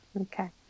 Okay